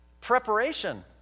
preparation